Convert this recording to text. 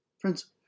Friends